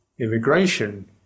Immigration